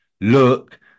look